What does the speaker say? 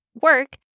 work